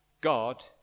God